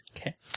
Okay